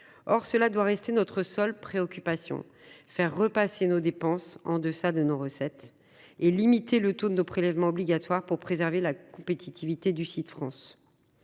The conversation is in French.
rejetant ce texte. Notre seule préoccupation doit être de faire repasser nos dépenses en deçà de nos recettes, et de limiter le taux de nos prélèvements obligatoires pour préserver la compétitivité du site France.